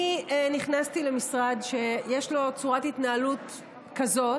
אני נכנסתי למשרד שיש לו צורת התנהלות כזאת,